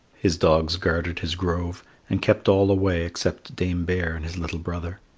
his dogs guarded his grove and kept all away except dame bear and his little brother.